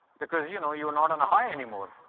because you know, you're not on a high anymore.